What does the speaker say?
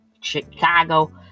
Chicago